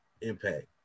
Impact